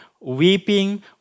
weeping